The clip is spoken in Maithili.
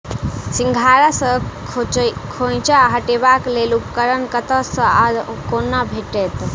सिंघाड़ा सऽ खोइंचा हटेबाक लेल उपकरण कतह सऽ आ कोना भेटत?